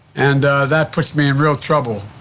and that puts me in real trouble,